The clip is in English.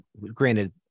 granted